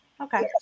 Okay